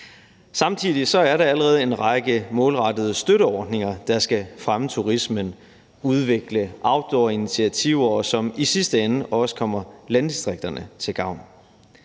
Samtidig er der allerede en række målrettede støtteordninger, der skal fremme turismen og udvikle outdoorinitiativer, og som i sidste ende også kommer landdistrikterne til gavn.